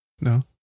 No